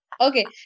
Okay